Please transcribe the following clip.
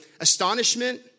astonishment